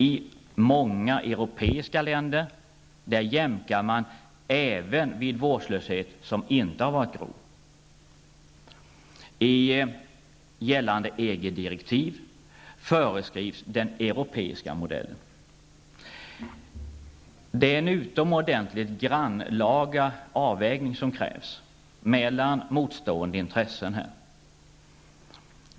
I många europeiska länder jämkar man även vid vårdslöshet som inte har varit grov. I gällande EG direktiv föreskrivs den europeiska modellen. Det krävs här en utomordentligt grannlaga avvägning mellan motstående intressen.